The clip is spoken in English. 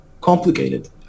complicated